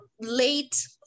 late